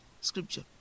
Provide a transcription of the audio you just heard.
scripture